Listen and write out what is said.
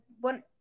one